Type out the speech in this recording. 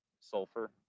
sulfur